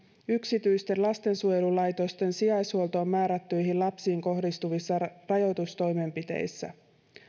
yksityisten lastensuojelulaitosten sijaishuoltoon määrättyihin lapsiin kohdistuvissa rajoitustoimenpiteissä